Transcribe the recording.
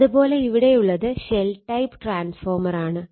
അത് പോലെ ഇവിടെയുള്ളത് ഷെൽ ടൈപ്പ് ട്രാൻസ്ഫോർമർ ആണ്